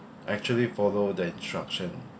actually follow the instruction